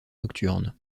nocturnes